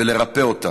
ולרפא אותה,